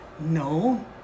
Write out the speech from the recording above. No